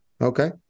Okay